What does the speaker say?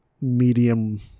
medium